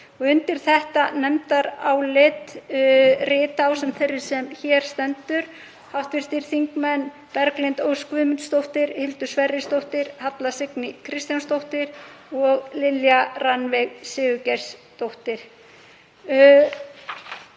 Undir þetta nefndarálit rita, ásamt þeirri sem hér stendur, hv. þingmenn Berglind Ósk Guðmundsdóttir, Hildur Sverrisdóttir, Halla Signý Kristjánsdóttir og Lilja Rannveig Sigurgeirsdóttir.